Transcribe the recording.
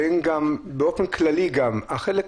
וגם באופן כללי מס'